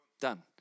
done